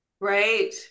Right